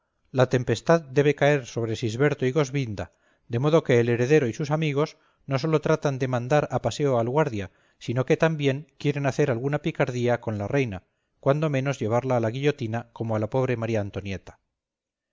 la tempestad debe caer sobre sisberto y goswinda de modo que el heredero y sus amigos no sólo tratan de mandar a paseo al guardia sino que también quieren hacer alguna picardía con la reina cuando menos llevarla a la guillotina como a la pobre maría antonieta